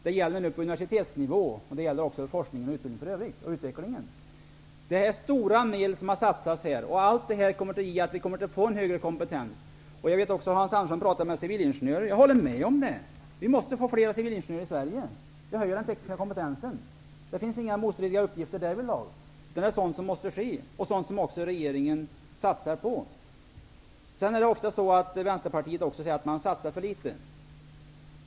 Det gäller nu på universitetsnivå och det gäller för forskning och utveckling. Det är stora medel som satsas här. Allt detta kommer att medföra att vi får en högre kompetens. Hans Andersson talar om behovet av civilingenjörer. Jag håller med om det. Vi måste få fler civilingenjörer i Sverige, så att vi höjer den tekniska kompetensen. Vi har inga motsättningar därvidlag. Det är sådant som måste ske och som regeringen satsar på. Vänsterpartiet säger ofta att vi satsar för litet.